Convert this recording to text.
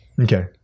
Okay